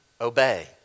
obey